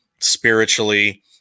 spiritually